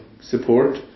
support